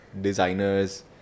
designers